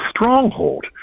stronghold